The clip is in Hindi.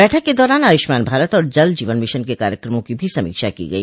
बैठक के दौरान आयुष्मान भारत और जल जीवन मिशन के कार्यक्रमों की भी समीक्षा की गई